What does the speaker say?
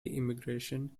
immigration